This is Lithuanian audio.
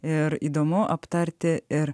ir įdomu aptarti ir